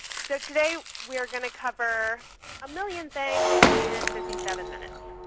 so today, we are going to cover a million things in fifty seven minutes.